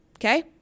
Okay